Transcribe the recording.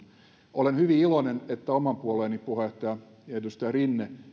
olen hyvin iloinen että oman puolueeni puheenjohtaja edustaja rinne